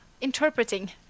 interpreting